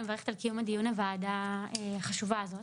אני מברכת על קיום הוועדה החשובה הזאת.